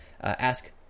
ask